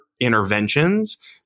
interventions